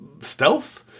stealth